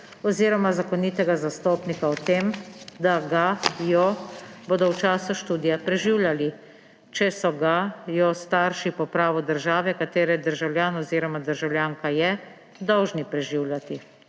oziroma zakonitega zastopnika o tem, da ga/jo bodo v času študija preživljali, če so ga/jo starši po pravu države, katere državljan oziroma državljanka je, dolžni preživljati.